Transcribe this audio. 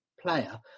player